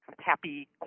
Happy